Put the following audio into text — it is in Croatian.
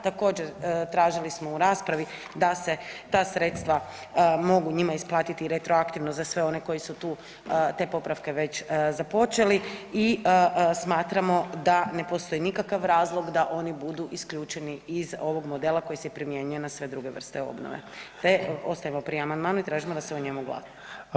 Također tražili smo u raspravi da se ta sredstva mogu njima isplatiti retroaktivno za sve one koji su tu, te popravke već započeli i smatramo da ne postoji nikakav razlog da oni budu isključeni iz ovog modela koji se primjenjuje na sve druge vrste obnove, te ostajemo pri amandmanu i tražimo da se o njemu glasa.